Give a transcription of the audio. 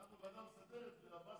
אנחנו ועדה מסדרת ועבאס,